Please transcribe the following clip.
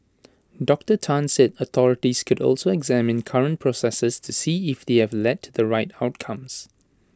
Doctor Tan said authorities could also examine current processes to see if they have led to the right outcomes